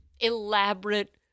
elaborate